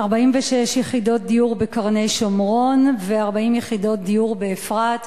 46 יחידות דיור בקרני-שומרון ו-40 יחידות דיור באפרת.